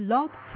Love